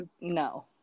No